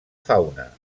fauna